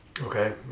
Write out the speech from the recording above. Okay